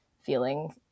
feeling